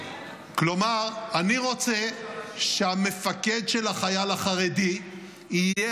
כלומר אני רוצה שהמפקד של החייל החרדי יהיה